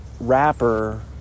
rapper